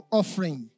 offering